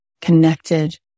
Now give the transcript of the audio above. connected